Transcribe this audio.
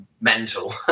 Mental